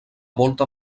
volta